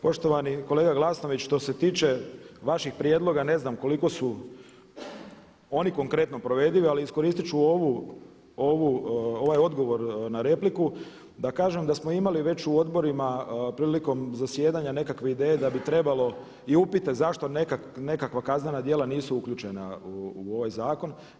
Poštovani kolega Glasnović, što se tiče vaših prijedloga ne znam koliko su oni konkretno provedivi ali iskoristiti ću ovaj odgovor na repliku da kažem da smo imali već u odborima prilikom zasjedanja nekakve ideje da bi trebalo i upite zašto nekakva kaznena djela nisu uključena u ovaj zakon.